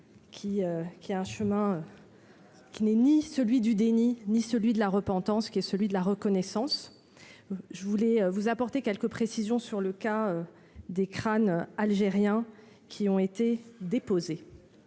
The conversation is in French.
qui a un chemin qui n'est ni celui du déni, ni celui de la repentance qui est celui de la reconnaissance, je voulais vous apporter quelques précisions sur le cas des crânes algériens qui ont été déposés